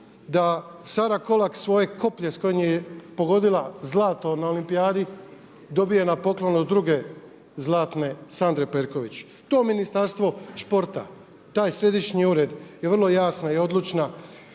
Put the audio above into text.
da Sara Kolak svoje koplje s kojim je pogodila zlato na olimpijadi dobije na poklon od druge zlatne Sandre Perković. To Ministarstvo sporta, taj središnji ured je vrlo jasna i odlučna